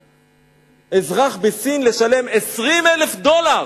שאזרח מסין מוכן לשלם 20,000 דולר